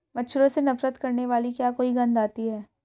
मच्छरों से नफरत करने वाली क्या कोई गंध आती है?